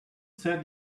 set